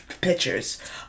pictures